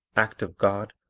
act of god,